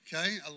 okay